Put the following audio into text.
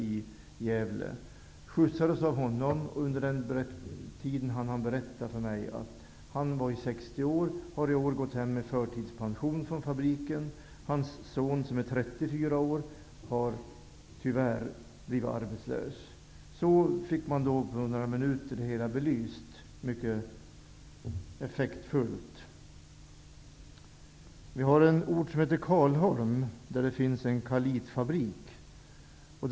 Jag skjutsades av honom, och under tiden hann han berätta för mig att han var 60 år och att han i år gått hem med förtidspension från fabriken. Hans son, som är 34 år, har tyvärr blivit arbetslös. På så sätt fick jag under några minuter situationen mycket effektfullt belyst. Vi har en ort som heter Karlholmsbruk. Där finns Karlitfabriken.